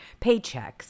paychecks